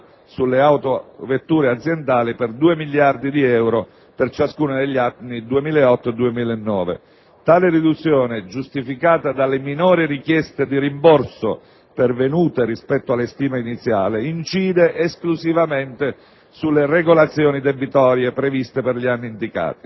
sulle autovetture aziendali, per 2 miliardi di euro per ciascuno degli anni 2008 e 2009. Tale riduzione, giustificata dalle minori richieste di rimborso pervenute rispetto alle stime iniziali, incide esclusivamente sulle regolazioni debitorie previste per gli anni indicati.